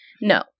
No